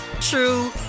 true